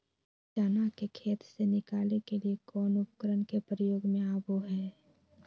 चना के खेत से निकाले के लिए कौन उपकरण के प्रयोग में आबो है?